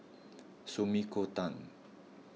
Sumiko Tan